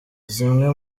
zimwe